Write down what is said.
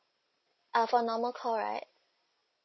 uh for normal call right